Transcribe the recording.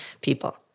people